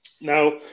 Now